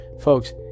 Folks